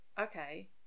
okay